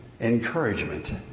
encouragement